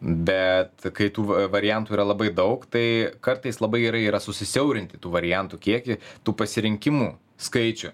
bet kai tų variantų yra labai daug tai kartais labai gerai yra susisiaurinti tų variantų kiekį tų pasirinkimų skaičių